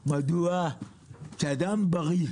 מדוע כשאדם בריא,